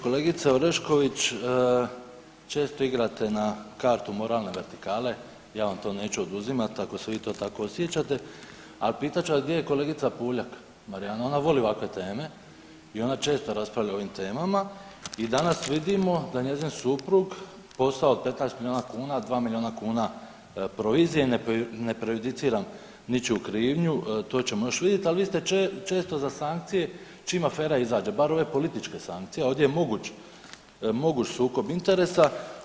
Kolegice Orešković često igrate na kartu moralne vertikale, ja vam to neću oduzimat ako se vi to tako osjećate, al pitat ću vas gdje je kolegica Puljak Marijana, ona voli ovakve teme i ona često raspravlja o ovim temama i danas vidimo da njezin suprug posao od 15 milijuna kuna 2 milijuna kuna provizije, ne prejudiciram ničiju krivnju, to ćemo još vidjet, ali vi ste često za sankcije čim afera izađe, bar ove političke sankcije, a ovdje je moguć sukob interesa.